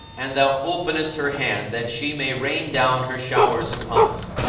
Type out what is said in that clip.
and thou openest her hand that she may rain down her showers upon us.